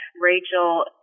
Rachel